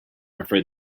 afraid